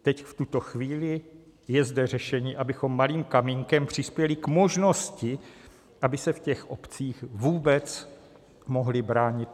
Teď v tuto chvíli je zde řešení, abychom malým kamínkem přispěli k možnosti, aby se v těch obcích vůbec mohli lidé bránit.